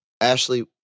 Ashley